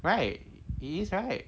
right it is right